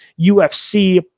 UFC